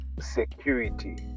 security